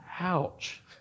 Ouch